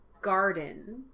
garden